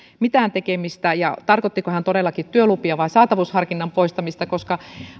mitään tekemistä ja tarkoittiko hän todellakin työlupia vai saatavuusharkinnan poistamista koska